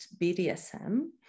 BDSM